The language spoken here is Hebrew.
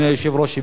אדוני היושב-ראש,